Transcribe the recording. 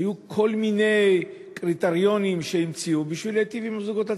היו כל מיני קריטריונים שהמציאו כדי להיטיב עם הזוגות הצעירים,